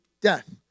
death